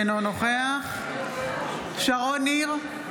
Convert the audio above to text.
אינו נוכח שרון ניר,